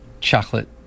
chocolate